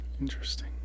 Interesting